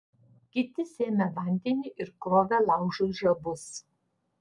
kiti sėmė vandenį ir krovė laužui žabus